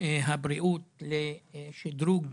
הבריאות לשדרוג